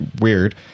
weird